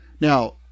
now